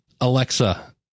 Alexa